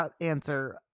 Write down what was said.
answer